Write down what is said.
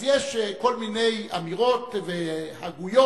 אז יש כל מיני אמירות והגויות